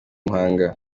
muhanga